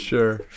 Sure